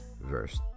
verse